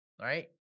right